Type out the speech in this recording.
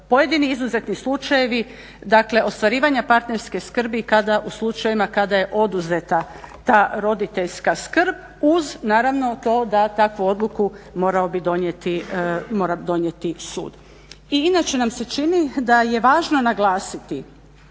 pojedini izuzetni slučajevi dakle ostvarivanja parterske skrbi u slučajevima kada je oduzeta ta roditeljska skrb uz naravno to da takvu odluku morao bi donijeti sud. I inače nam se čini da je važno naglasiti